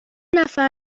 نفر